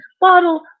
bottle